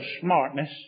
smartness